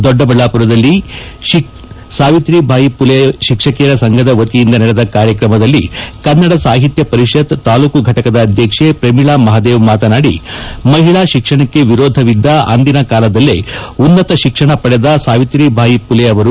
ದೊಡ್ಡಬಳ್ಳಾಪುರದಲ್ಲಿ ಸಾವಿತ್ರಿಬಾಯಿ ಪುಲೆ ಶಿಕ್ಷಕಿಯರ ಸಂಘದ ವತಿಯಿಂದ ನಡೆದ ಕಾರ್ಯಕ್ರಮದಲ್ಲಿ ಕನ್ನಡ ಸಾಹಿತ್ಯ ಪರಿಷತ್ ತಾಲ್ಲೂಕು ಘಟಕದ ಅಧ್ಯಕ್ಷೆ ಪ್ರಮೀಳಾ ಮಹಾದೇವ್ ಮಾತನಾಡಿ ಮಹಿಳಾ ಶಿಕ್ಷಣಕ್ಕೆ ವಿರೋಧವಿದ್ದ ಅಂದಿನ ಕಾಲದಲ್ಲೇ ಉನ್ನತ ಶಿಕ್ಷಣ ಪಡೆದ ಸಾವಿತ್ರಿಬಾಯಿ ಪುಲೆ ಅವರು